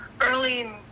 Early